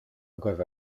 agaibh